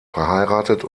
verheiratet